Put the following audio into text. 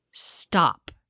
stop